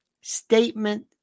statement